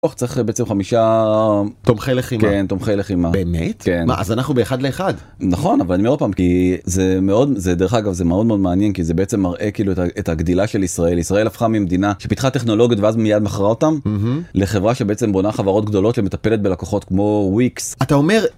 בתוך צריך בעצם חמישה תומכי לחימה. באמת? מה אז אנחנו באחד לאחד. נכון אבל אני אומר עוד פעם, זה מאוד זה, דרך אגב זה מאוד מאוד מעניין כי זה בעצם מראה כאילו את הגדילה של ישראל ישראל הפכה ממדינה שפיתחה טכנולוגיות ואז מיד מכרה אותם לחברה שבעצם בונה חברות גדולות שמטפלת בלקוחות כמו וויקס. אתה אומר...